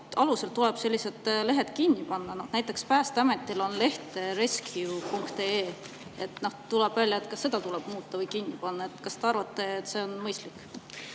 alusel tuleb sellised lehed kinni panna. Näiteks Päästeametil on leht rescue.ee. Tuleb välja, et ka seda tuleb muuta või see kinni panna. Kas te arvate, et see on mõistlik?